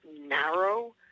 narrow